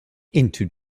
into